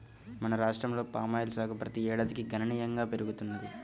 మన రాష్ట్రంలో పామాయిల్ సాగు ప్రతి ఏడాదికి గణనీయంగా పెరుగుతున్నది